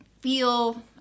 feel